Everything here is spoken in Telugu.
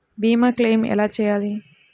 భీమ క్లెయిం ఎలా చేయాలి?